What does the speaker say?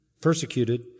persecuted